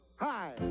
Hi